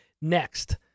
Next